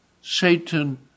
Satan